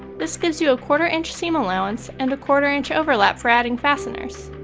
this gives you a quarter inch seam allowance, and a quarter inch overlap for adding fasteners.